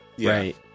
Right